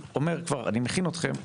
אני מכין אתכם שהתשובה: